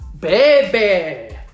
Baby